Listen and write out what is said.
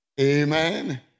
amen